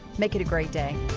make it a great day.